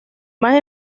más